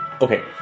Okay